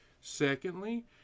Secondly